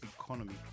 economy